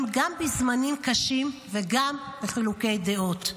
גם בזמנים קשים וגם בחילוקי דעות.